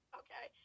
okay